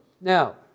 Now